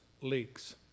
leaks